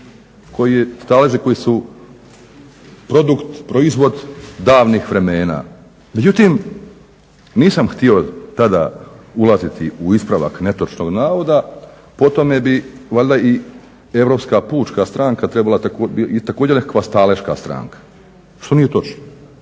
stalež koji su produkt, proizvod davnih vremena. Međutim, nisam htio tada ulaziti u ispravak netočnog navoda. Po tome bi valjda i Europska pučka stranka trebala nekakva također staleška stranka, što nije uopće